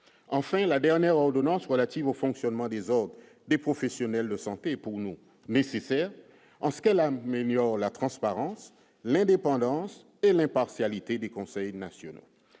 enfin, la dernière ordonnance relative au fonctionnement des hommes, des professionnels de santé pour nous nécessaire en ce qu'elle a même la transparence, l'indépendance et l'impartialité des conseils nationaux,